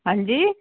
ਹਾਂਜੀ